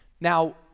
Now